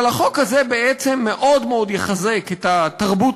אבל החוק הזה בעצם מאוד מאוד יחזק את התרבות